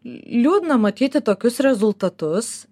liūdna matyti tokius rezultatus